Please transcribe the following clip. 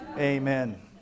Amen